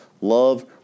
love